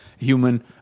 human